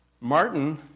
Martin